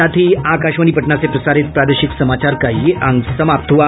इसके साथ ही आकाशवाणी पटना से प्रसारित प्रादेशिक समाचार का ये अंक समाप्त हुआ